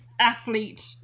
athlete